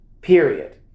Period